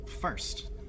first